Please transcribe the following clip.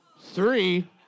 Three